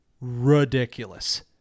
ridiculous